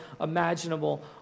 imaginable